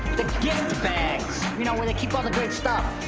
the gift bags, you know, where they keep all the great stuff.